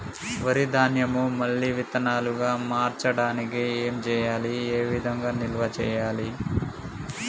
వరి ధాన్యము మళ్ళీ విత్తనాలు గా మార్చడానికి ఏం చేయాలి ఏ విధంగా నిల్వ చేయాలి?